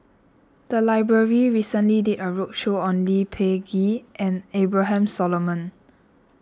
the library recently did a roadshow on Lee Peh Gee and Abraham Solomon